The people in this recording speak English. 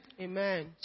Amen